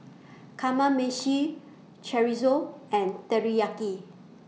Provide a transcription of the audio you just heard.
Kamameshi Chorizo and Teriyaki